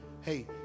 Hey